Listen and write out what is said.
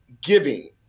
giving